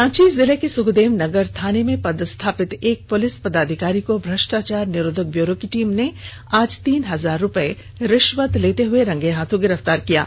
रांची जिले के सुखदेव नगर थानों में पदस्थापित एक पुलिस पदाधिकारी को भ्रष्टाचार निरोधक ब्यूरो की टीम ने आज तीन हजार रुपए घूस लेते गिरफ्तार किया है